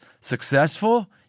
successful